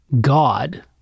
god